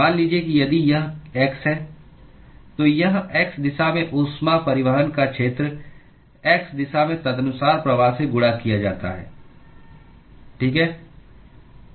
मान लीजिए कि यदि यह x है तो यह x दिशा में उष्मा परिवहन का क्षेत्र x दिशा में तदनुसार प्रवाह से गुणा किया जाता है ठीक है